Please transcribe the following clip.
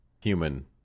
human